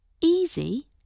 Easy